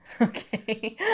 Okay